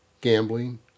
gambling